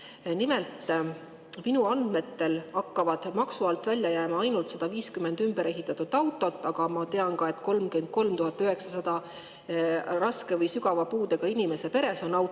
Nimelt, minu andmetel jäävad maksu alt välja ainult 150 ümberehitatud autot, aga ma tean, et 33 900 raske või sügava puudega inimese peres on auto